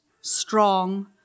strong